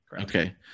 Okay